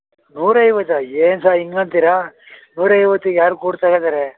ನೂರ ಐವತ್ತಾ ಏನು ಸಾರ್ ಹಿಂಗೆ ಅಂತೀರಾ ನೂರ ಐವತ್ತು ಈಗ ಯಾರು ಕೊಡ್ತಾ ಇದ್ದಾರೆ